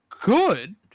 good